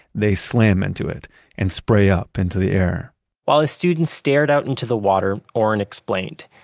they slam into it and spray up into the air while his students stared out into the water, orrin explained,